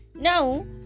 Now